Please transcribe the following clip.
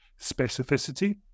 specificity